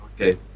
Okay